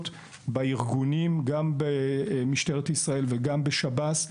שנעשו בארגונים גם במשטרת ישראל וגם בשב"ס.